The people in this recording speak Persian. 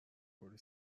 کلی